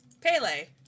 Pele